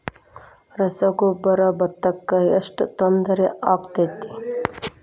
ರಸಗೊಬ್ಬರ, ಭತ್ತಕ್ಕ ಎಷ್ಟ ತೊಂದರೆ ಆಕ್ಕೆತಿ?